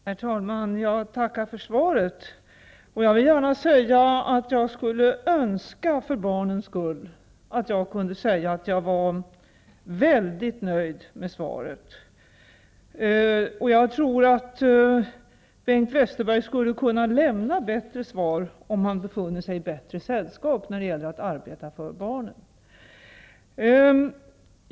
Herr talman! Jag tackar för svaret. För barnens skull önskar jag att jag kunde säga att jag är väldigt nöjd med svaret. Jag tror att Bengt Westerberg kunde ha lämnat ett bättre svar när det gäller att arbeta för barnen, om han hade befunnit sig i ett bättre sällskap.